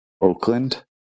Oakland